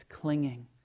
clinging